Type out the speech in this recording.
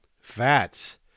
Fats